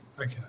Okay